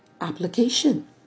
application